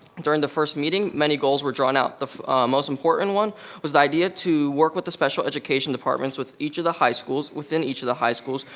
during the first meeting, many goals were drawn out. the most important one was the idea to work with the special education departments with each of the high schools, within each of the high schools,